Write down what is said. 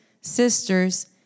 sisters